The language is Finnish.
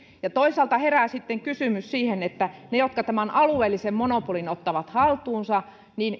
ja toisaalta herää sitten kysymys niistä jotka tämän alueellisen monopolin ottavat haltuunsa